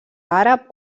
àrab